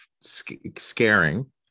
scaring